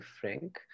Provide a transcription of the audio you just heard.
frank